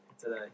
today